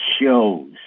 shows